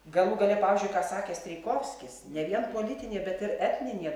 galų gale pavyzdžiui ką sakė strijkovskis ne vien politinė bet ir etninė